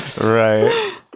Right